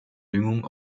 düngung